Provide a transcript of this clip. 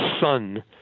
son